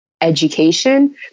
education